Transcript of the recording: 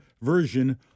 version